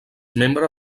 membre